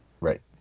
Right